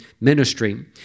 ministry